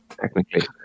Technically